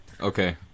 Okay